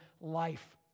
life